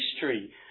history